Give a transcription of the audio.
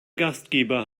gastgeber